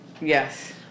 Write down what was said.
Yes